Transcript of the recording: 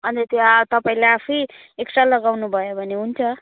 अन्त त्यहाँ तपाईँलाई आफै एक्स्ट्रा लगाउनु भयो भने हुन्छ